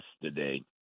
yesterday